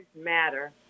Matter